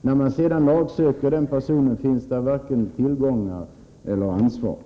När man sedan lagsöker dessa personer finns det varken tillgångar eller ansvar.